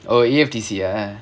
oh A_F_T_C